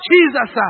Jesus